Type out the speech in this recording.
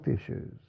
issues